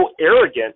arrogant